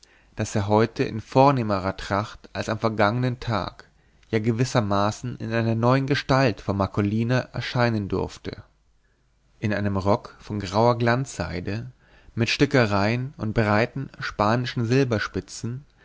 daß er heute in vornehmerer tracht als am vergangenen tag ja gewissermaßen in einer neuen gestalt vor marcolina erscheinen durfte in einem rock von grauer glanzseide mit stickereien und breiten spanischen